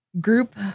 group